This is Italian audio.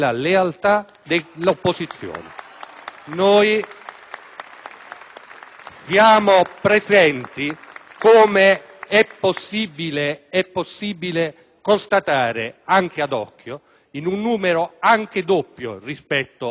siamo presenti, come è possibile constatare anche ad occhio, in un numero anche doppio rispetto ai colleghi dell'opposizione. *(Applausi dai